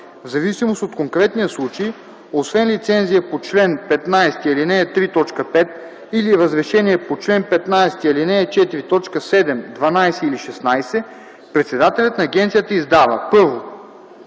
в зависимост от конкретния случай освен лицензия по чл. 15, ал. 3, т. 5 или разрешение по чл. 15, ал. 4, т. 7, 12 или 16 председателят на агенцията издава: